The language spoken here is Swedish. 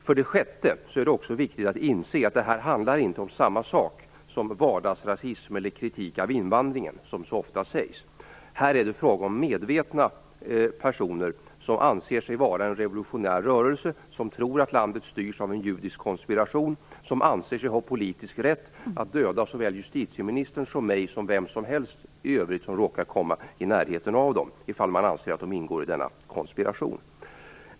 För det sjätte är det viktigt att inse att detta inte är samma sak som vardagsnazism eller kritik av invandringen. Det är fråga om medvetna personer som anser sig vara en revolutionär rörelse som tror att landet styrs av en judisk konspiration och som anser sig ha politisk rätt att döda såväl justitieministern som mig eller vem som helst som råkar komma i närheten av dem och anser att de ingår i denna konspiration.